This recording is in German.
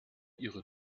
ihre